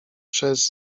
przez